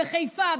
בחיפה,